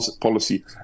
policy